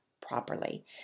properly